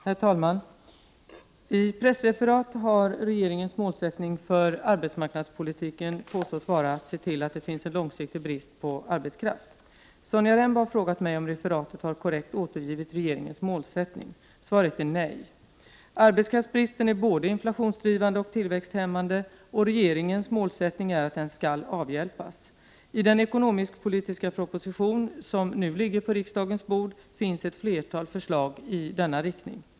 Herr talman! I pressreferat har regeringens målsättning för arbetsmarknadspolitiken påståtts vara att se till att det finns en långsiktig brist på arbetskraft. Sonja Rembo har frågat mig om referatet har korrekt återgivit regeringens målsättning. Svaret är nej. Arbetskraftsbristen är både inflationsdrivande och tillväxthämmande, och regeringens målsättning är att den skall avhjälpas. I den ekonomisk-politiska proposition som nu ligger på riksdagens bord finns ett flertal förslag i denna riktning.